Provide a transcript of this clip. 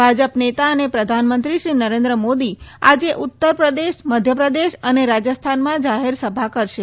ભાજપ નેતા અને પ્રધાનમંત્રી શ્રી નરેન્દ્ર મોદી આજે ઉત્તર પ્રદેશ મધ્યપ્રદેશ અને રાજસ્થાનમાં જાહેર સભા કરશે